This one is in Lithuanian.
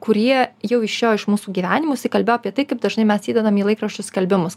kurie jau išėjo iš mūsų gyvenimų jisai kalbėjo apie tai kaip dažnai mes įdedam į laikraščius skelbimus